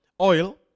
oil